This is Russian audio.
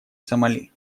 сомали